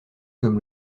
comme